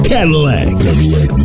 Cadillac